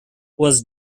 was